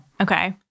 Okay